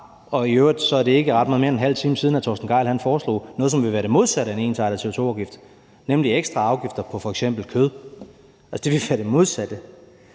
I øvrigt er det ikke ret meget mere end en halv time siden, hr. Torsten Gejl foreslog noget, som ville være det modsatte af en ensartet CO2-afgift, nemlig ekstra afgifter på f.eks. kød. Altså, det ville være det modsatte.